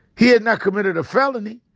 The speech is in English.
he had not committed a felony.